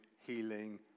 healing